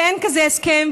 ואין כזה הסכם,